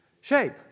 Shape